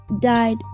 died